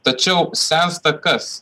tačiau sensta kas